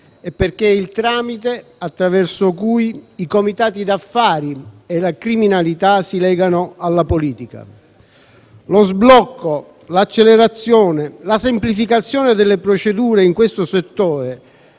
e perché è il tramite attraverso cui i comitati d'affari e la criminalità si legano alla politica. Lo sblocco, l'accelerazione e la semplificazione delle procedure in questo settore,